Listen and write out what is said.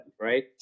right